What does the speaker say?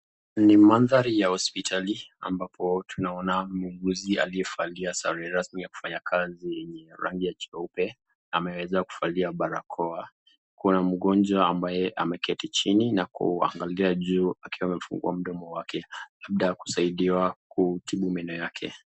Ni mandhari ya hospitali ambapo tunaona muuguzi aliyevalia sare rasmi ya kufanya kazi yenye rangi ya jeupe, ameweza kuvalia barakoa, kuna mgonjwa ambaye ameketi chini na kuangalia juu akiwa amefungua mdomo wake labda kusaidiwa kutibu meno yake.